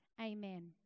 Amen